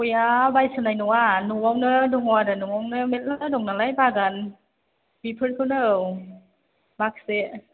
गयआ बायस'नाय नङा न'आवनो दङ आरो न'आवनो मेरला दं नालाय बागान बेफोरखौनो औ माखासे